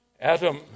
Adam